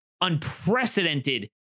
unprecedented